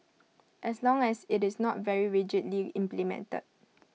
as long as IT is not very rigidly implemented